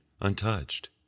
untouched